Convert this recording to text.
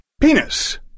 Penis